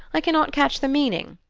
i cannot catch the meaning.